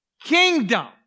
kingdom